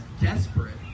desperate